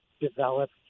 develop